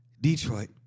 Detroit